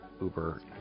Uber